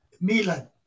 Milan